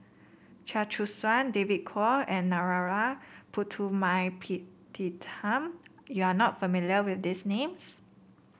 Chia Choo Suan David Kwo and Narana Putumaippittan you are not familiar with these names